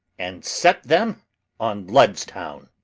and set them on lud's town.